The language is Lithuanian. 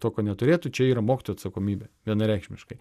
to ko neturėtų čia yra mokytojo atsakomybė vienareikšmiškai